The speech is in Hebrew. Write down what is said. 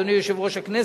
אדוני יושב-ראש הכנסת.